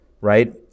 right